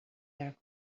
back